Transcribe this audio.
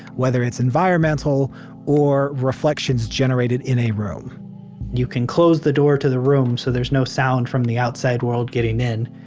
whether it's environmental or reflections generated in a room you can close the door to the room so there's no sound from the outside world getting in.